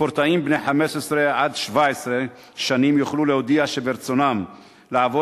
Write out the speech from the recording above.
ספורטאים בני 15 17 שנים יוכלו להודיע שברצונם לעבור